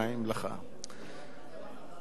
בבקשה, אדוני.